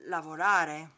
Lavorare